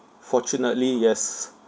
fortunately yes